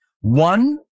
One